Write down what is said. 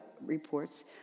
reports